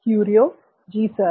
Curio ji sir